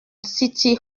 city